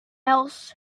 else